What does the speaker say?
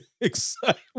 excited